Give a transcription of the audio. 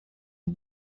une